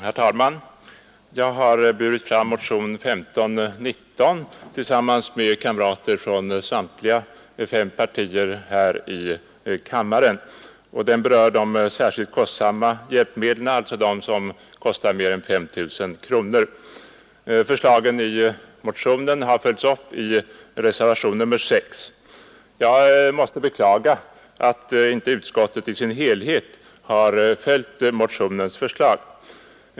Herr talman! Jag har burit fram motion 1519 tillsammans med kamrater från samtliga fem partier här i kammaren. Den berör de särskilt kostsamma hjälpmedlen, dvs. de som kostar mer än 5 000 kronor. Förslagen i motionen har följts upp i reservation nr 6. Jag måste beklaga att inte utskottet i sin helhet har följt motionens förslag.